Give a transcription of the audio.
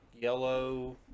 yellow